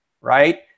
right